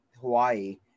Hawaii